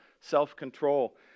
self-control